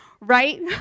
Right